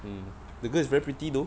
mm the girl is very pretty though